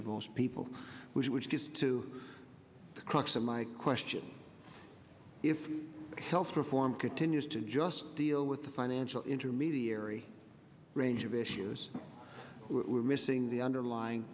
of most people which goes to the crux of my question if health reform continues to just deal with the financial intermediary range of issues we're missing the underlying